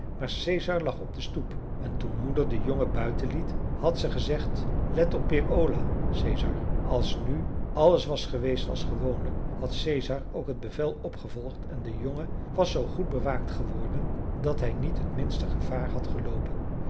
maar caesar lag op de stoep en toen moeder den jongen buiten liet had ze gezegd let op peer ola caesar als nu alles was geweest als gewoonlijk had caesar ook het bevel opgevolgd en de jongen was zoo goed bewaakt geworden dat hij niet het minste gevaar had geloopen